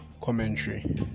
commentary